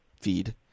feed